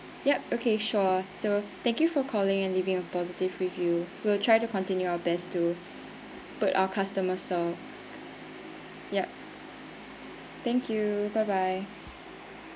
yup okay sure so thank you for calling and leaving a positive review we'll try to continue our best to put our customer so yup thank you bye bye